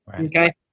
Okay